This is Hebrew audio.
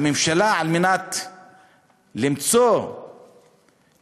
הממשלה, על מנת למצוא תקציבים